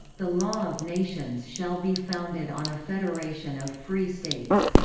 the law of nations shall be founded on a federation of free states